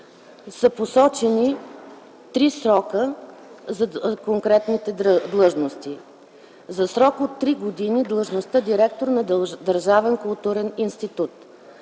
са посочени три срока за конкретните длъжности: - за срок от три години – длъжността „директор на държавен културен институт”;